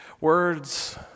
Words